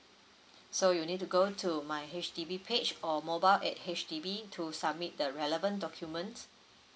so you need to go to my H_D_B page or mobile app H_D_B to submit the relevant documents